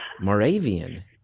Moravian